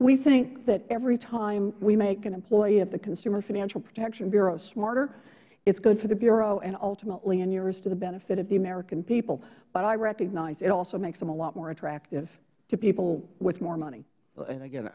we think that every time we make an employee of the consumer financial protection bureau smarter it's good for the bureau and ultimately inures to the benefit of the american people but i recognize it also makes them a lot more attractive to people with more money